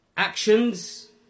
Actions